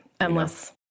Endless